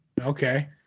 Okay